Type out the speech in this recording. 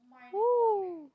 !whoo!